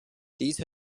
these